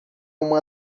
uma